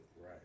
Right